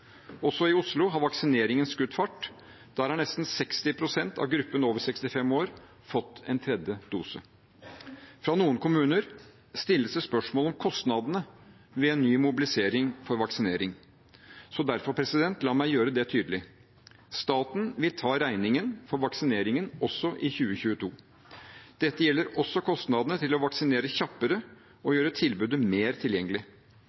Også i Oslo har vaksineringen skutt fart. Der har nesten 60 pst. av gruppen over 65 år fått en tredje dose. Fra noen kommuner stilles det spørsmål om kostnadene ved en ny mobilisering for vaksinering. La meg derfor gjøre det tydelig: Staten vil ta regningen for vaksineringen også i 2022. Dette gjelder også kostnadene ved å vaksinere kjappere og gjøre tilbudet mer tilgjengelig.